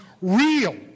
real